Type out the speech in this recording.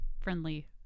friendly